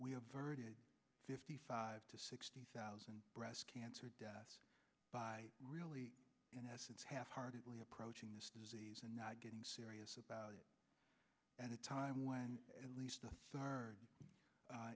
we have heard it fifty five to sixty thousand breast cancer deaths by really in essence half heartedly approaching this disease and not getting serious about it at a time when at least a third